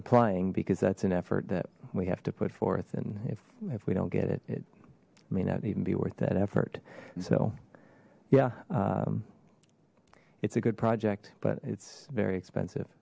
applying because that's an effort that we have to put forth and if if we don't get it it may not even be worth that effort so yeah it's a good project but it's very expensive